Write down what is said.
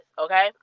okay